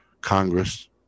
Congress